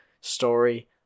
story